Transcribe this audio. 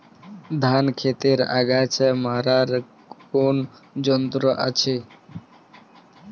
ধান ক্ষেতের আগাছা মারার কোন যন্ত্র আছে?